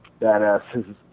badasses